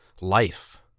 life